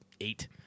eight